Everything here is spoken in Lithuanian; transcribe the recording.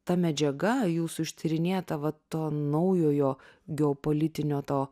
ta medžiaga jūsų ištyrinėta va to naujojo geopolitinio to